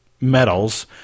metals